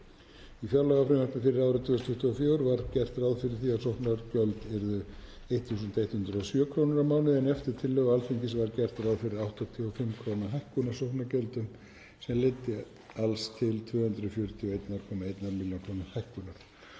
Í fjárlagafrumvarpi fyrir árið 2024 var gert ráð fyrir því að sóknargjöld yrðu 1.107 kr. á mánuði, en eftir tillögu Alþingis var gert ráð fyrir 85 kr. hækkun á sóknargjöldum sem leiddi alls til 241,1 millj. kr. hækkunar.